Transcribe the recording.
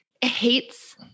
hates